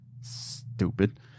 Stupid